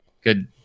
good